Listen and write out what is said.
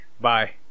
Bye